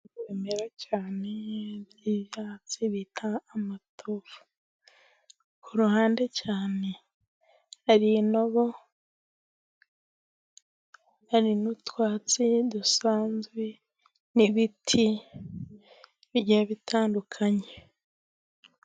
Ibimera cyane by'ibyatsi bita amatovu, ku ruhande cyane ari intobo kandi n'utwatsi dusanzwe n'ibiti bigiye bitandukanye.